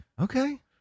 Okay